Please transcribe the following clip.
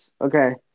Okay